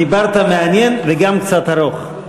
דיברת מעניין וגם קצת ארוך,